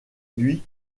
lui